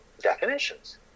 definitions